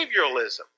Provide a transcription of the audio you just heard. behavioralism